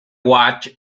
watch